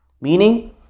meaning